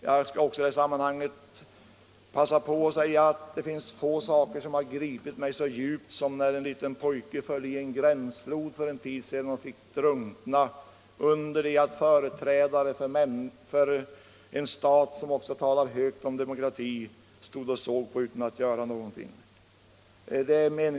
Jag skall i det sammanhanget också passa på att säga att det finns få saker som har gripit mig så djupt som när en liten pojke föll i en gränsflod för en tid sedan och fick drunkna, under det att företrädare för en stat som också talar högt om demokrati stod och såg på utan att göra någonting för att rädda honom.